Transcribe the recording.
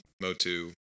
Motu